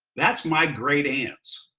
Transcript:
that's my great aunt's.